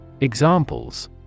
Examples